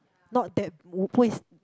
not that 我不会